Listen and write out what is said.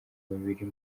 babiri